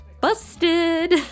Busted